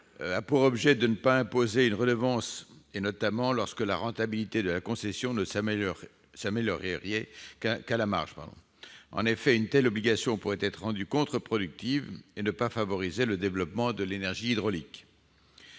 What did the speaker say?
a pour objet de ne pas imposer une redevance, notamment lorsque la rentabilité de la concession ne s'améliorerait qu'à la marge. Une telle obligation pourrait être contre-productive ; elle ne va pas favoriser le développement de l'énergie hydraulique.